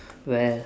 well